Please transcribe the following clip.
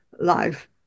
life